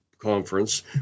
conference